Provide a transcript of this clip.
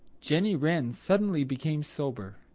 jenny wren suddenly became sober.